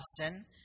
Austin